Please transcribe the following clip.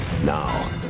Now